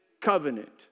covenant